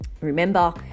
Remember